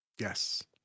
yes